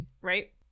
right